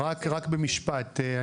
רק במשפט,